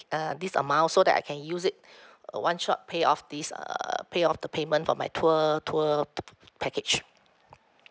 uh this amount so that I can use it uh one shot pay off this err pay off the payment for my tour tour pa~ pa~ pa~ package